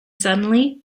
suddenly